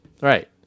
Right